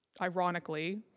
ironically